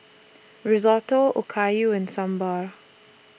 Risotto Okayu and Sambar